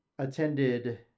Attended